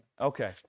Okay